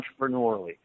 entrepreneurially